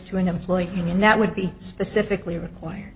an employee union that would be specifically required